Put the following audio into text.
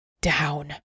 down